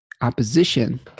opposition